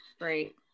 great